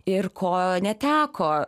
ir ko neteko